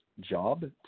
job